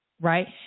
Right